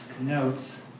notes